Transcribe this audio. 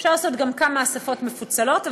אפשר לעשות גם כמה אספות מפוצלות,